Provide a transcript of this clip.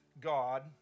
God